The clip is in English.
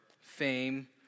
fame